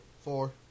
Four